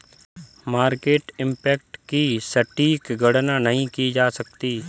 market impact की सटीक गणना नहीं की जा सकती